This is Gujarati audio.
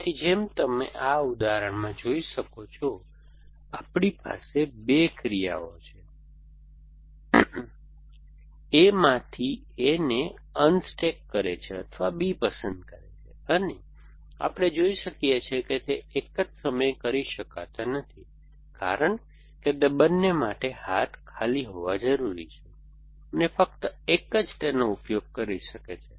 તેથી જેમ તમે આ ઉદાહરણમાં જોઈ શકો છો આપણી પાસે 2 ક્રિયાઓ છે A માંથી A ને અનસ્ટૅક્સ કરે છે અથવા B પસંદ કરે છે અને આપણે જોઈ શકીએ છીએ કે તે એક જ સમયે કરી શકાતા નથી કારણ કે તે બંને માટે હાથ ખાલી હોવા જરૂરી છે અને ફક્ત એક જ તેનો ઉપયોગ કરી શકે છે